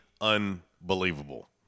unbelievable